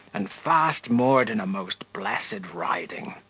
and fast moored in a most blessed riding